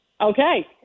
Okay